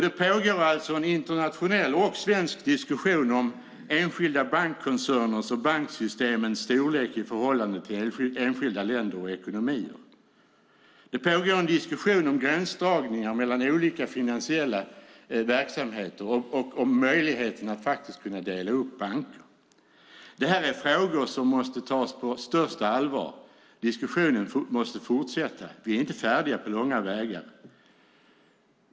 Det pågår alltså en internationell, och svensk, diskussion om enskilda bankkoncerners och banksystemens storlek i förhållande till enskilda länder och ekonomier. Det pågår en diskussion om gränsdragningar mellan olika finansiella verksamheter och om möjligheterna att dela upp banker. Det här är frågor som måste tas på största allvar. Diskussionen måste fortsätta. Vi är inte färdiga på långa vägar.